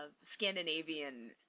Scandinavian